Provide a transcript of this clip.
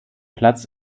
platz